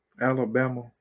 Alabama